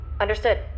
Understood